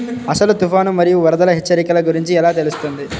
అసలు తుఫాను మరియు వరదల హెచ్చరికల గురించి ఎలా తెలుస్తుంది?